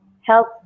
help